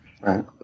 Right